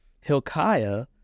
Hilkiah